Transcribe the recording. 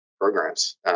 programs